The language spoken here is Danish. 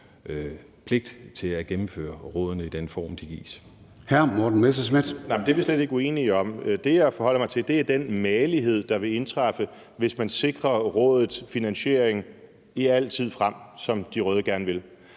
pligt til at gennemføre rådene i den form, de gives.